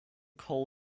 coal